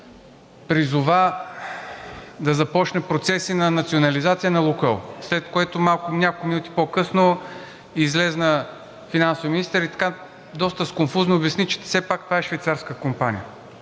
призова да започнат процеси по национализацията на „Лукойл“, след което, няколко минути по-късно, излезе финансовият министър и доста сконфузено обясни, че все пак това е швейцарска компания.